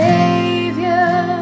Savior